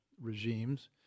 regimes